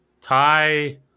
tie